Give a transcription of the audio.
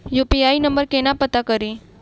UPI number केना पत्ता कड़ी?